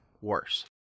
worse